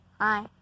Hi